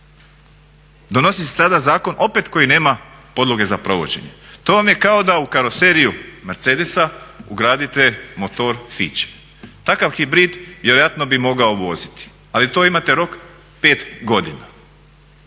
Donosi se sada zakon opet koji nema podloge za provođenje, to vam je kao da u karoseriju mercedesa ugradite motor fiće. Takav hibrid vjerojatno bi mogao voziti, ali to imate rok 5 godina.